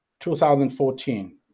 2014